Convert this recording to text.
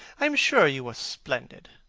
i am sure you were splendid.